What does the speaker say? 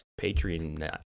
patreon